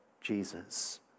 Jesus